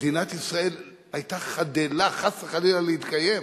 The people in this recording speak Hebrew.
מדינת ישראל היתה חדלה, חס וחלילה, להתקיים,